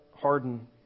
harden